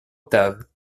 octave